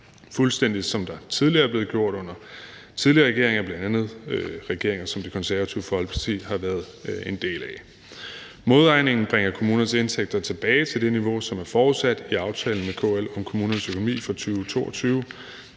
fuldstændig som der tidligere er blevet gjort under tidligere regeringer, bl.a. regeringer, som Det Konservative Folkeparti har været en del af. Modregningen bringer kommunernes indtægter tilbage til det niveau, som er forudsat i aftalen med KL om kommunernes økonomi for 2022.